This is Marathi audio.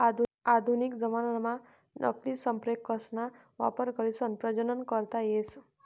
आधुनिक जमानाम्हा नकली संप्रेरकसना वापर करीसन प्रजनन करता येस